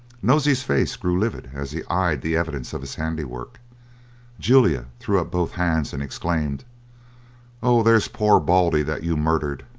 nosey's face grew livid as he eyed the evidence of his handiwork julia threw up both hands, and exclaimed oh! there's poor baldy that you murdered!